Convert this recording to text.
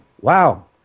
wow